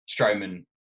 Strowman